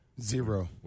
Zero